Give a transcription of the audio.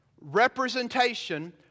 Representation